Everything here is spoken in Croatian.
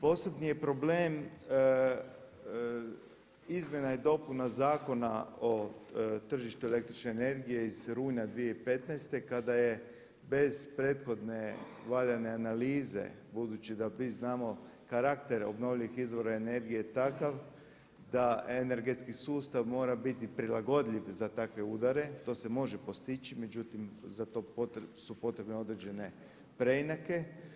Posebni je problem izmjena i dopuna Zakona o tržištu električne energije iz rujna 2015. kada je bez prethodne valjane analize, budući da mi znamo karakter obnovljivih izvora energije je takav da energetski sustav mora biti prilagodljiv za takve udare, to se može postići, međutim za to su potrebne određene preinake.